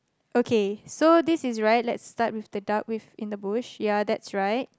okay so this is right let's start with the duck with in the bush ya that's right